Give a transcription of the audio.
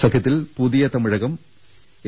സഖ്യത്തിൽ Puthiya Tamilagam A